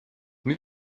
wie